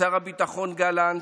לשר הביטחון גלנט,